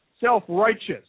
Self-righteous